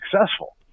successful